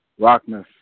Rockness